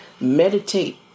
meditate